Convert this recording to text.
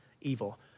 evil